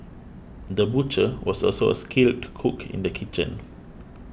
the butcher was also a skilled cook in the kitchen